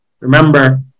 remember